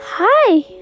Hi